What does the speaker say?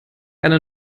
eine